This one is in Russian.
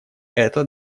это